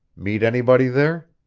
meet anybody there?